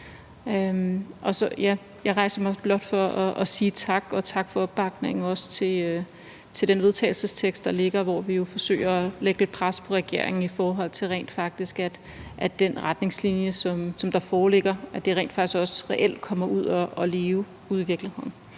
Jeg rejser mig blot for at sige tak. Også tak for opbakningen til den vedtagelsestekst, der ligger, hvor vi jo forsøger at lægge lidt pres på regeringen, i forhold til at den retningslinje, som foreligger, rent faktisk også reelt kommer ud at leve ude i virkeligheden.